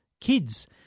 kids